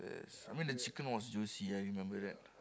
yes I mean the chicken was juicy I remember that